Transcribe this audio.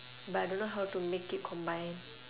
but I don't know how to make it combine